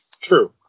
True